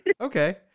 okay